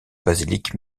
basiliques